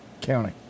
county